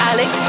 Alex